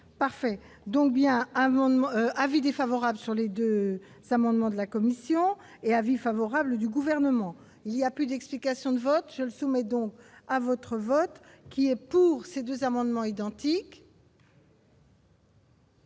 parfait donc bien amendements avis défavorable sur les 2 s'amendement de la commission et avis favorable du gouvernement il y a plus d'explications de vote soumet donc à votre vote qui, pour ces 2 amendements identiques.